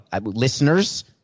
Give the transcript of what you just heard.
listeners